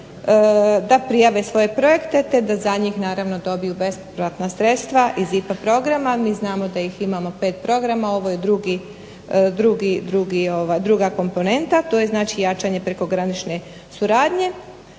da prijave svoje projekte, te da za njih naravno dobiju besplatna sredstva iz IPA programa. Mi znamo da ih imamo 5 programa, ovo je druga komponenta, to je znači jačanje prekogranične suradnje.